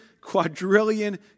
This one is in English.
quadrillion